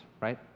right